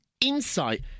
insight